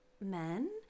men